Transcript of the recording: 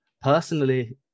personally